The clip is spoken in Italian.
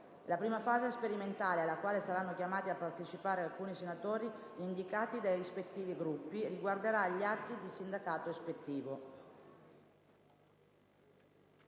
La prima fase sperimentale, alla quale saranno chiamati a partecipare alcuni senatori indicati dai rispettivi Gruppi, riguarderà gli atti di sindacato ispettivo.